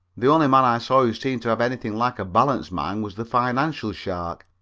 the only man i saw who seemed to have anything like a balanced mind was the financial shark,